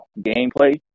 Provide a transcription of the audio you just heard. gameplay